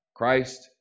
Christ